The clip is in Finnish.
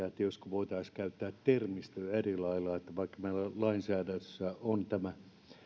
josko voitaisiin käyttää termistöä eri lailla vaikka meillä lainsäädännössä on tämä